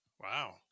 Wow